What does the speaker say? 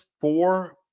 four